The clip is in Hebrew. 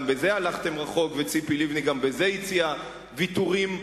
גם בזה הלכת רחוק וציפי לבני גם בזה הציעה ויתורים מפליגים.